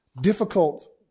difficult